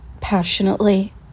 passionately